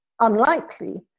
unlikely